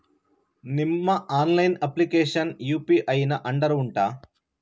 ನಿಮ್ಮ online application UPI ನ under ಉಂಟಾ